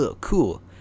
cool